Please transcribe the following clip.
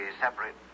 separate